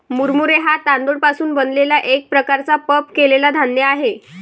मुरमुरे हा तांदूळ पासून बनलेला एक प्रकारचा पफ केलेला धान्य आहे